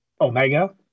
Omega